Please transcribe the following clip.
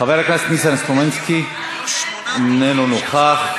חבר הכנסת ניסן סלומינסקי, איננו נוכח.